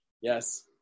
yes